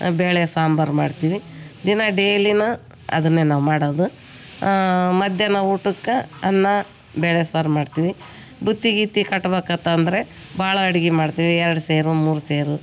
ಬೇಳೆ ಸಾಂಬರು ಮಾಡ್ತೀವಿ ದಿನ ಡೇಲಿಯೇ ಅದನ್ನೇ ನಾವು ಮಾಡೋದು ಮಧ್ಯಾಹ್ನ ಊಟಕ್ಕೆ ಅನ್ನ ಬೇಳೆ ಸಾರು ಮಾಡ್ತೀವಿ ಬುತ್ತಿ ಗಿತ್ತಿ ಕಟ್ಟ ಬೇಕು ಆಯ್ತು ಅಂದರೆ ಭಾಳ ಅಡ್ಗೆ ಮಾಡ್ತೀವಿ ಎರ್ಡು ಸೇರು ಮೂರು ಸೇರು